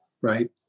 right